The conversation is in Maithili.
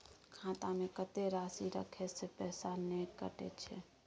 खाता में कत्ते राशि रखे से पैसा ने कटै छै?